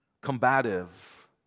combative